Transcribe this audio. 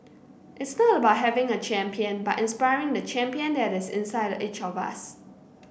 it's not about having a champion but inspiring the champion that is inside each of us